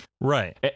Right